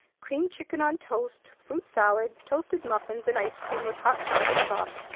creamed chicken on toast, fruit-salad, toasted muffins, and ice-cream with hot chocolate sauce,